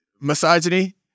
misogyny